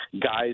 guys